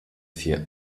vier